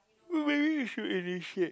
maybe you should initiate